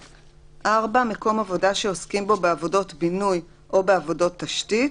מקום עבודה שעוסקים בו בעבודות בינוי או בעבודות תשתית,